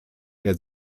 der